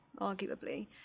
arguably